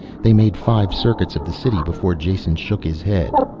they made five circuits of the city before jason shook his head.